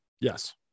Yes